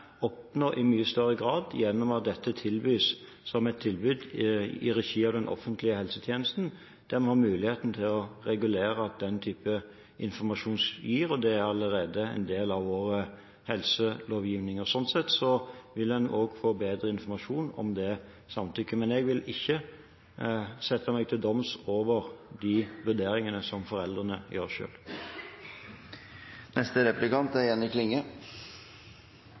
oppnå ved at dette blir et tilbud i regi av den offentlige helsetjenesten, der vi har muligheten til å regulere den slags informasjon. Det er allerede en del av vår helselovgivning. Slik sett vil man også få bedre informasjon om det samtykket. Men jeg vil ikke sette meg til doms over de vurderinger som foreldrene gjør selv. Helseministeren har ved fleire høve argumentert for kvifor det er